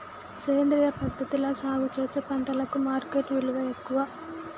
సేంద్రియ పద్ధతిలా సాగు చేసిన పంటలకు మార్కెట్ విలువ ఎక్కువ